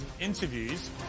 interviews